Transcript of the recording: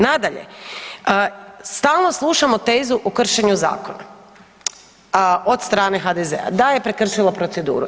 Nadalje, stalno slušamo tezu o kršenju zakona od strane HDZ-a da je prekršila proceduru.